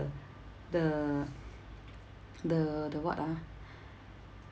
the the the what ah